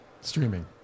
streaming